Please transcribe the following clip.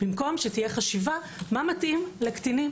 במקום שתהיה חשיבה מה מתאים לקטינים.